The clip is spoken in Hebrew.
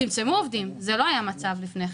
צמצמו עובדים, זה לא היה המצב לפני כן.